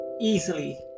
easily